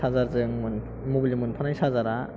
mobile जों मोनफानाय सार्जार आ